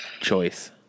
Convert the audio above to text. choice